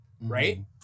Right